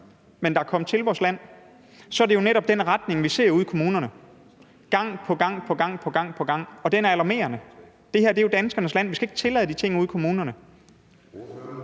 men er kommet til vores land, er det jo netop den retning, vi gang på gang ser bliver taget ude i kommunerne, og den er alarmerende. Det her er jo danskernes land. Vi skal ikke tillade de ting ude i kommunerne.